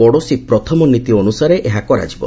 ପଡ଼ୋଶୀ ପ୍ରେଥମ ନୀତି ଅନୁସାରେ ଏହା କରାଯିବ